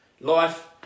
Life